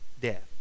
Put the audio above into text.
death